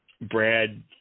Brad